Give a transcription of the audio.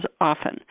often